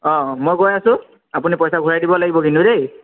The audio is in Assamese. অ মই গৈ আছোঁ আপুনি পইচা ঘূৰাই দিব লাগিব কিন্তু দেই